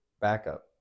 backup